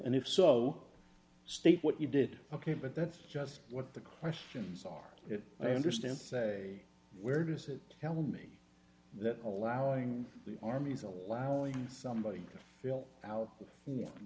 and if so state what you did ok but that's just what the questions are i understand say where does it tell me that allowing the army is allowing somebody fill out